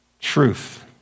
truth